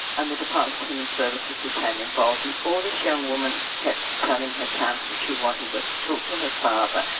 and the department of human services became involved. and all this young woman kept telling her counselor she wanted was to talk to her father,